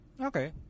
okay